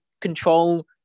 control